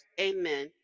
Amen